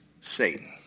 Satan